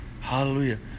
Hallelujah